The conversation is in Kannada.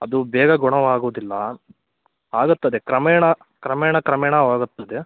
ಅದು ಬೇಗ ಗುಣವಾಗೋದಿಲ್ಲ ಆಗುತ್ತದೆ ಕ್ರಮೇಣ ಕ್ರಮೇಣ ಕ್ರಮೇಣವಾಗುತ್ತದೆ